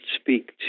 speak